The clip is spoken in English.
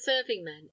serving-men